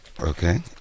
Okay